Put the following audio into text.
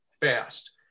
fast